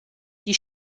die